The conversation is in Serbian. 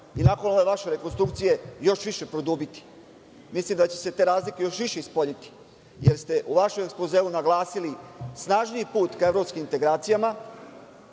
i nakon ove vaše rekonstrukcije još više produbiti. Mislim da će se ta razlika još više ispoljiti, jer ste u vašem ekspozeu naglasili – snažniji put ka evropskim integracijama,